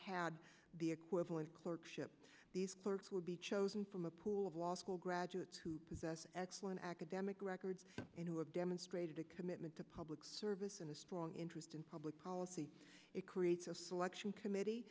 had the equivalent clerkship these clerks would be chosen from a pool of law school graduates who possess excellent academic records and who have demonstrated a commitment to public service and a strong interest in policy it creates a selection committee